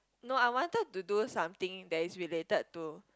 no I wanted to do something that is related to